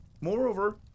Moreover